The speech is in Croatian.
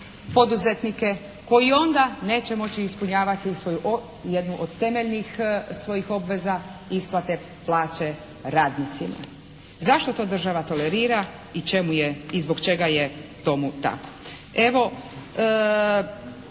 poduzetnike koji onda neće moći ispunjavati svoju, jednu od temeljnih svojih obveza isplate plaće radnicima. Zašto to država tolerira i čemu je i zbog čega je tomu tako?